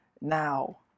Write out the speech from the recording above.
now